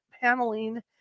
paneling